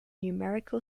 numerical